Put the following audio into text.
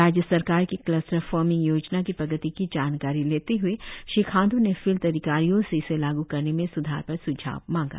राज्य सरकार की क्लस्टर फर्मिंग योजना की प्रगति की जानकारी लेते हुए श्री खाण्ड्र ने फील्ड अधिकारियों से इसे लागू करने में सुधार पर सुझाव मांगा